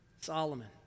Solomon